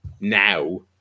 now